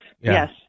Yes